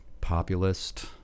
populist